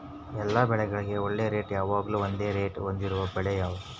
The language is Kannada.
ಎಲ್ಲ ಬೆಳೆಗಳಿಗೆ ಒಳ್ಳೆ ರೇಟ್ ಯಾವಾಗ್ಲೂ ಒಂದೇ ರೇಟ್ ಹೊಂದಿರುವ ಬೆಳೆ ಯಾವುದು?